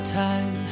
time